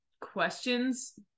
questions